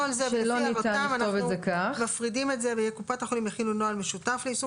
הערתם אנחנו מפרידים את זה וקופות החולים יכינו נוהל משותף ליישום